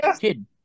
kid